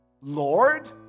Lord